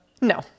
No